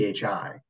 PHI